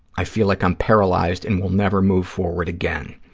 i feel like i'm paralyzed and will never move forward again.